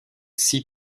six